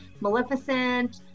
Maleficent